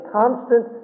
constant